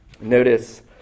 Notice